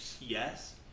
yes